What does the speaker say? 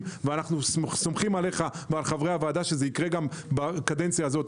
ואנו סומכים עליך ועל חברי הוועדה שיקרה גם בקדנציה הזו.